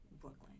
Brooklyn